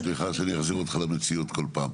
סליחה, שאני מחזיר אותך למציאות כל פעם.